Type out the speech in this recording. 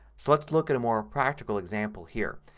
so let's look at a more practical example here.